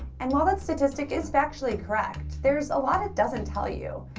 and while that statistic is factually correct, there's a lot it doesn't tell you.